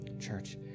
church